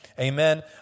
Amen